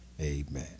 Amen